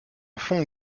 fonds